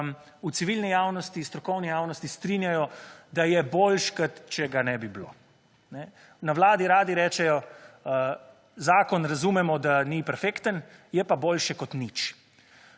v civilni javnosti, strokovni javnosti strinjajo, da je boljše kot če ga ne bi bilo. Na Vladi radi rečejo, zakon razumemo, da ni perfekten, je pa boljše kot nič.